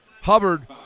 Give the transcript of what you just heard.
Hubbard